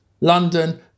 London